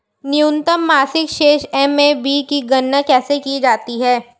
न्यूनतम मासिक शेष एम.ए.बी की गणना कैसे की जाती है?